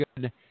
good